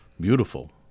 beautiful